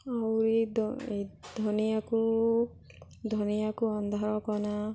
ଆହୁରି ତ ଏଇ ଧନିଆକୁ ଧନିଆକୁ ଅନ୍ଧାର କଣା